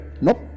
Nope